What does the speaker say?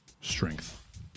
strength